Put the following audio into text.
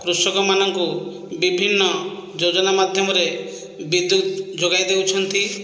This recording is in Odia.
କୃଷକମାନଙ୍କୁ ବିଭିନ୍ନ ଯୋଜନା ମାଧ୍ୟମରେ ବିଦ୍ୟୁତ ଯୋଗାଇ ଦେଉଛନ୍ତି